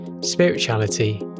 spirituality